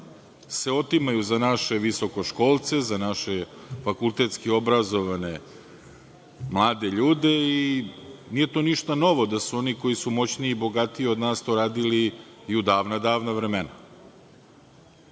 se otimaju za naše visokoškolce, za naše fakultetski obrazovane mlade ljude i nije to ništa novo da su oni koji su moćniji i bogatiji od nas to radili i u davna, davna